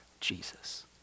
Jesus